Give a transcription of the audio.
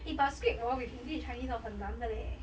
eh but script orh with english and chinese 很难得 leh